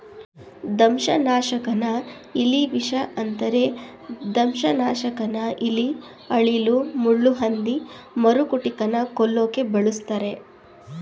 ದಂಶನಾಶಕನ ಇಲಿವಿಷ ಅಂತರೆ ದಂಶನಾಶಕನ ಇಲಿ ಅಳಿಲು ಮುಳ್ಳುಹಂದಿ ಮರಕುಟಿಕನ ಕೊಲ್ಲೋಕೆ ಬಳುಸ್ತರೆ